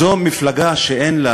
זו ממשלה שאין לה